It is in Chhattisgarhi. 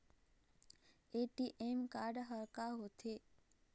ए.टी.एम कारड हा का होते?